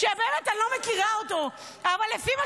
באמת אני לא מכירה אותו אבל לפי מה